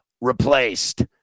replaced